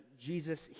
Jesus